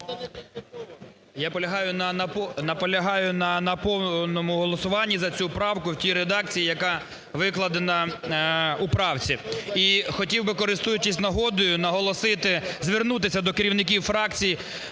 наполягаю на повному голосуванні за цю правку в тій редакції, яка викладена у правці. І хотів би, користуючись нагодою, наголосити, звернутися до керівників фракцій,